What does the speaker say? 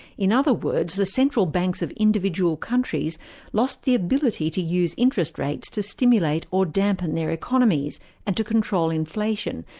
in other words, the central banks of individual countries lost the ability to use interest rates to stimulate or dampen their economies and to control inflation,